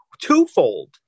twofold